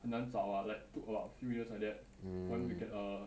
很难找啊 like took about few years like that to get err